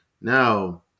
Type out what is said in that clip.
Now